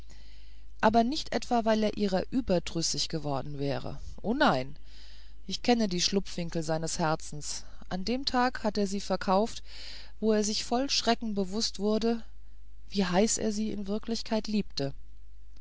aber nicht etwa weil er ihrer überdrüssig gewesen wäre o nein ich kenne die schlupfwinkel seines herzens an dem tage hat er sie verkauft wo er sich voll schrecken bewußt wurde wie heiß er sie in wirklichkeit liebte